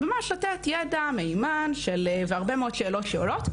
ממש לתת ידע מהימן והרבה מאוד שאלות שעולות,